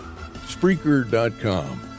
Spreaker.com